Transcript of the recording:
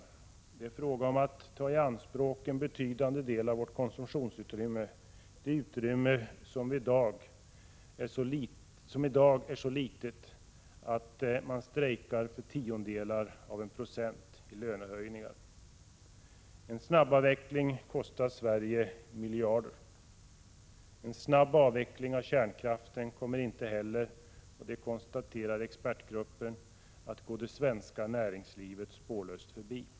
Det är fråga om att ta i anspråk en betydande del av vårt konsumtionsutrymme, det utrymme som i dag är så litet att man strejkar för tiondelar av en procent i lönehöjningar. En snabb avveckling kostar Sverige miljarder! En snabb avveckling av kärnkraften kommer inte heller — det konstaterar expertgruppen — att gå det svenska näringslivet spårlöst förbi.